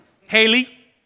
Haley